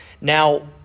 Now